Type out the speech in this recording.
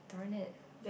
done it